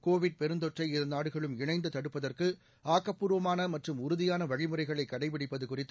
Covid பெருந்தொற்றை இருநாடுகளும் இணைந்து தடுப்பதற்கு ஆக்கபூர்வமான மற்றும் உறுதியான வழிமுறைகளை கடைபிடிப்பது குறித்து